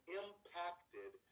impacted